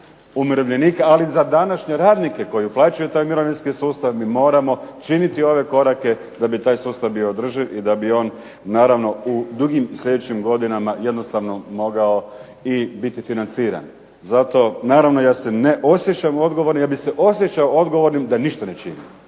ali i za današnje radnike koji uplaćuju u taj mirovinski sustav mi moramo činiti ove korake da bi taj sustav bio održiv i da bi on u dugim sljedećim godinama jednostavno mogao i biti financiran. Zato naravno ja se ne osjećam odgovornim. Ja bih se osjećao odgovornim da ništa ne činim.